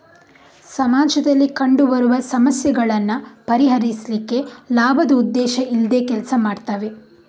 ಸಮಾಜದಲ್ಲಿ ಕಂಡು ಬರುವ ಸಮಸ್ಯೆಗಳನ್ನ ಪರಿಹರಿಸ್ಲಿಕ್ಕೆ ಲಾಭದ ಉದ್ದೇಶ ಇಲ್ದೆ ಕೆಲಸ ಮಾಡ್ತವೆ